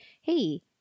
hey